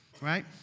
right